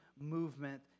movement